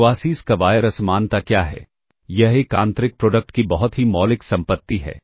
quasi square असमानता क्या है यह एक आंतरिक प्रोडक्ट की बहुत ही मौलिक संपत्ति है